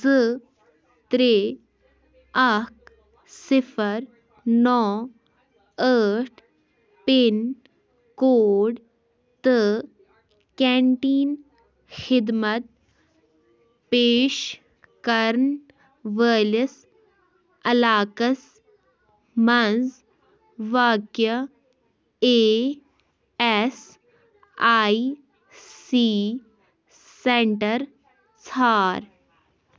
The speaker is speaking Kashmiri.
زٕ ترٛےٚ اَکھ صِفر نوٚو ٲٹھ پِن کوڈ تہٕ کیٚنٛٹیٖن خِدمت پیش کرن وٲلِس علاقس مَنٛز واقع A S I C centre ژھار